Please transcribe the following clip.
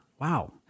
Wow